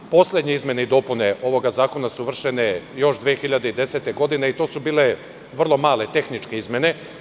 Poslednje izmene i dopune ovog zakona su vršene još 2010. godine i to su bile vrlo male tehničke izmene.